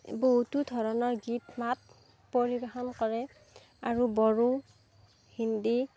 বহুতো ধৰণৰ গীত মাত পৰিবেশন কৰে আৰু বড়ো হিন্দী